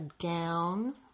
gown